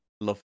love